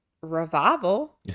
Revival